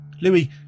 Louis